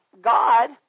God